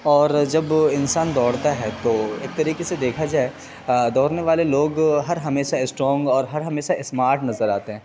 اور جب انسان دوڑتا ہے تو ایک طریقے سے دیکھا جائے دوڑنے والے لوگ ہر ہمیشہ اسٹرانگ اور ہر ہمیشہ اسمارٹ نظر آتے ہیں